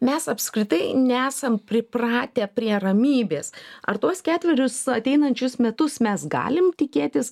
mes apskritai nesam pripratę prie ramybės ar tuos ketverius ateinančius metus mes galim tikėtis